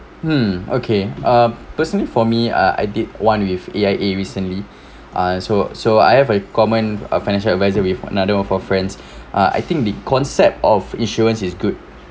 hmm okay uh personally for me ah I did one with A_I_A recently uh so so I have a common a financial advisory with another one for friends uh I think the concept of insurance is good